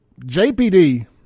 JPD